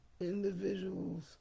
individuals